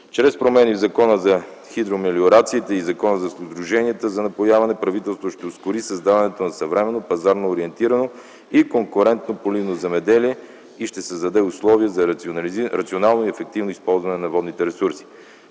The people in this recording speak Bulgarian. Чрез промени в Закона за хидромелиорациите и в Закона за сдруженията за напояване правителството ще ускори създаването на съвременно пазарно ориентирано и конкурентно поливно земеделие и ще създаде условия за рационално и ефективно използване на водните ресурси.